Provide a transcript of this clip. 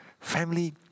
Family